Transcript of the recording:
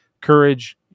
courage